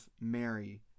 Mary